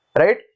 right